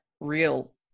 real